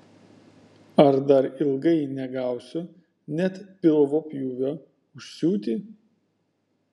ar dar ilgai negausiu net pilvo pjūvio užsiūti